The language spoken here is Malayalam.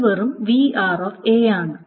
ഇത് വെറും ആണ്